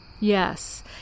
Yes